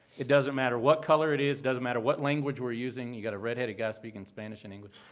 it doesn't matter what color it is, doesn't matter what language we're using. you got a red headed guy speaking spanish and english,